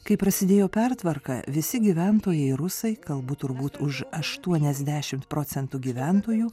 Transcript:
kai prasidėjo pertvarka visi gyventojai rusai kalbu turbūt už aštuoniasdešimt procentų gyventojų